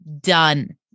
done